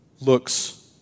looks